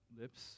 lips